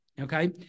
Okay